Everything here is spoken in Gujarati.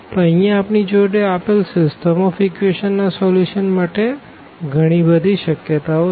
તો અહિયાં આપણી જોડે આપેલ સીસ્ટમ ઓફ ઇકવેશંસ ના સોલ્યુશન માટે ગણી બધી શક્યતાઓ છે